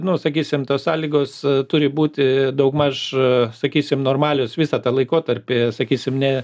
nu sakysim tos sąlygos turi būti daugmaž sakysim normalios visą tą laikotarpį sakysim ne